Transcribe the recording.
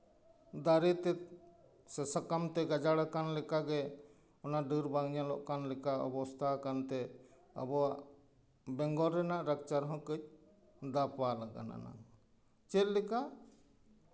ᱫᱟᱨᱮ ᱛᱮ ᱥᱮ ᱥᱟᱠᱟᱢ ᱛᱮ ᱜᱟᱡᱟᱲ ᱟᱠᱟᱱ ᱞᱮᱠᱟᱜᱮ ᱚᱱᱟ ᱰᱟᱹᱨ ᱵᱟᱝ ᱧᱮᱞᱚᱜ ᱠᱟᱱ ᱞᱮᱠᱟ ᱚᱵᱚᱥᱛᱷᱟ ᱠᱟᱱᱛᱮ ᱟᱵᱚᱣᱟᱜ ᱵᱮᱝᱜᱚᱞ ᱨᱮᱱᱟᱜ ᱞᱟᱠᱪᱟᱨ ᱦᱚᱸ ᱠᱟᱹᱡ ᱫᱟᱯᱟᱞ ᱠᱟᱱᱟ ᱪᱮᱫ ᱞᱮᱠᱟ